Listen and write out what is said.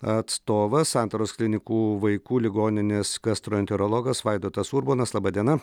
atstovas santaros klinikų vaikų ligoninės gastroenterologas vaidotas urbonas laba diena